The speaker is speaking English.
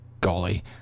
golly